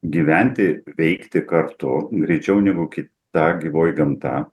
gyventi veikti kartu greičiau negu kita gyvoji gamta